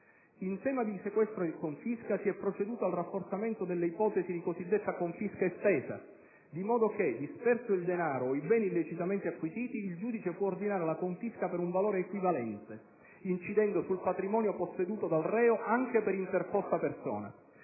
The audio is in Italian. In tema di sequestro e confisca, si è proceduto al rafforzamento delle ipotesi di cosiddetta confisca estesa, di modo che - disperso il denaro o i beni illecitamente acquisiti - il giudice può ordinare la confisca per un valore equivalente, incidendo sul patrimonio posseduto dal reo anche per interposta persona.